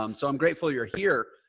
um so i'm grateful you're here.